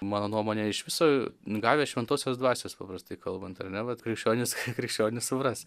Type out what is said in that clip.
mano nuomone iš viso gavę šventosios dvasios paprastai kalbant ar ne vat krikščionys krikščionys supras